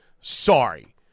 Sorry